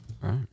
Right